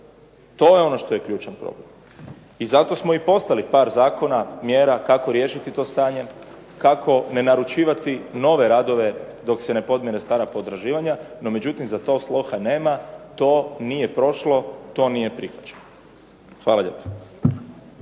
To je ono što je ključni problem. I zato smo poslali par zakona, mjera kako riješiti to stanje, kako ne naručivati nove radove dok se ne podmire stara potraživanja. No međutim, za to sluha nema, to nije prošlo, to nije prihvaćeno. Hvala lijepa.